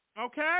Okay